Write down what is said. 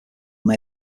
may